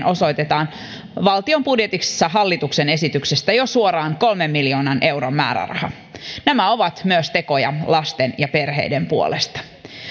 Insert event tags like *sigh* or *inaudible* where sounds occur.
*unintelligible* osoitetaan valtion budjetissa hallituksen esityksestä jo suoraan kolmen miljoonan euron määräraha nämä ovat myös tekoja lasten ja perheiden puolesta